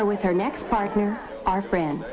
her with her next partner our friend